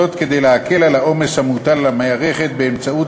זאת כדי להקל את העומס המוטל על המערכת באמצעות